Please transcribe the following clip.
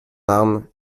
arme